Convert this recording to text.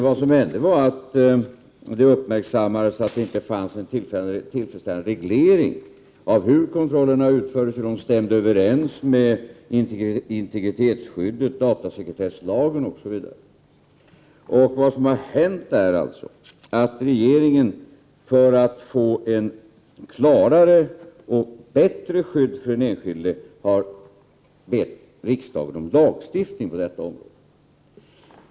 Vad som hände var att det uppmärksammades att det inte fanns tillfredsställande reglering av hur kontrollerna utfördes, hur de stämde överens med integritetsskyddet, datasekretesslagen, osv. Vad som har hänt är alltså att regeringen, för att få ett klarare och bättre skydd för den enskilde, har bett riksdagen om lagstiftning på detta område.